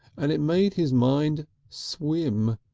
and it made his mind swim.